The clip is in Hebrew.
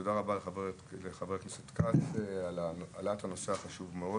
ותודה רבה לחבר הכנסת כץ על העלאת הנושא החשוב מאוד.